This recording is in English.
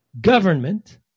government